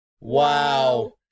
Wow